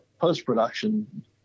post-production